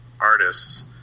artists